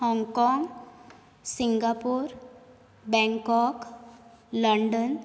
Hong Kong Singapore Bangkok London